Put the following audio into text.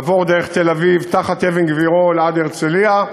עבור דרך תל-אביב תחת אבן-גבירול עד הרצליה,